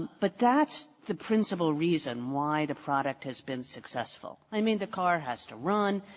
but that's the principal reason why the product has been successful. i mean, the car has to run,